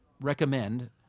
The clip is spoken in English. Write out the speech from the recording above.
recommend